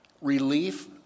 relief